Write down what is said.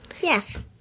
Yes